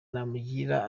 namugira